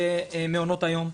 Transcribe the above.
במעונות היום,